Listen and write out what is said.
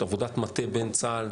עבודת מטה בין צה"ל,